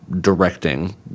directing